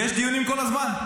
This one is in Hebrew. יש דיונים כל הזמן.